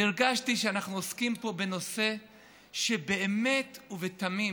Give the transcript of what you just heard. והרגשתי שאנחנו עוסקים פה בנושא שבאמת ובתמים